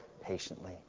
patiently